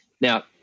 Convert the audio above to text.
now